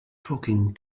talking